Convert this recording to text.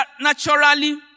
naturally